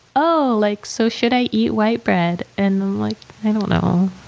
oh like so should i eat white bread? and like i don't know.